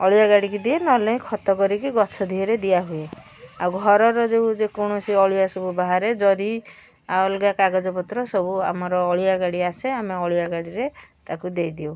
ଅଳିଆ ଗାଡ଼ିକି ଦିଏ ନହେଲେ ନାହିଁ ଖତ କରିକି ଗଛରେ ଦିଆ ହୁଏ ଆଉ ଘରର ଯେକୌଣସି ଅଳିଆ ସବୁ ବାହାରେ ଜରି ଆଉ ଅଲଗା କାଗଜ ପତ୍ର ସବୁ ଆମର ଅଳିଆ ଗାଡ଼ି ଆସେ ଆମେ ଅଳିଆ ଗାଡ଼ିରେ ତାକୁ ଦେଇ ଦେଉ